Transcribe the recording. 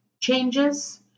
changes